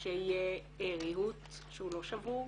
שיהיה ריהוט שהוא לא שבור,